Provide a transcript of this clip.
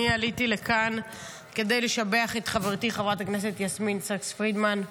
אני עליתי לכאן כדי לשבח את חברתי חברת הכנסת יסמין סאקס פרידמן.